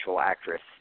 actress